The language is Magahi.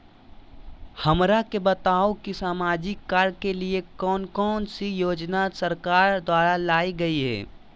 हमरा के बताओ कि सामाजिक कार्य के लिए कौन कौन सी योजना सरकार द्वारा लाई गई है?